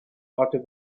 after